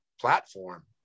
platform